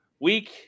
week